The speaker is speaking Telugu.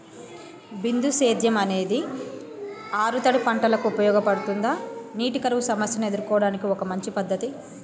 బిందు సేద్యం అనేది ఆరుతడి పంటలకు ఉపయోగపడుతుందా నీటి కరువు సమస్యను ఎదుర్కోవడానికి ఒక మంచి పద్ధతి?